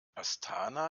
astana